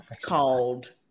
called